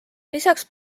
lisaks